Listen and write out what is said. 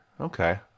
Okay